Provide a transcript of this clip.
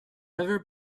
ever